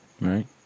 Right